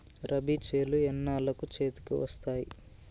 రబీ చేలు ఎన్నాళ్ళకు చేతికి వస్తాయి?